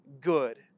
good